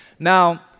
Now